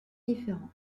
différent